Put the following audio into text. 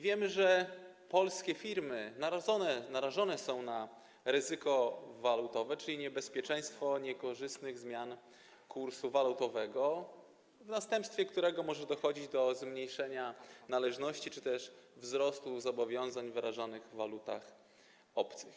Wiemy, że polskie firmy narażone są na ryzyko walutowe, czyli niebezpieczeństwo niekorzystnych zmian kursu walutowego, w następstwie którego może dochodzić do zmniejszenia należności czy też wzrostu zobowiązań wyrażanych w walutach obcych.